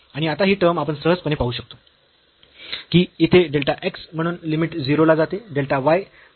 आणि आता ही टर्म आपण सहजपणे पाहू शकतो की येथे डेल्टा x म्हणून लिमिट 0 ला जाते डेल्टा y हा 0 ला जातो